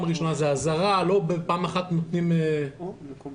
הראשונה זו אזהרה ולא מיד נותנים קנס.